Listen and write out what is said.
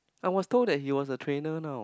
I was told that we was a trainer now